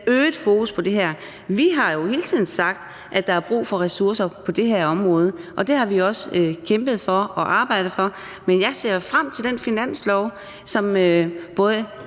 øget fokus på det her. Vi har jo hele tiden sagt, at der er brug for ressourcer på det her område, og det har vi også kæmpet for og arbejdet for. Men jeg ser frem til den finanslov, som både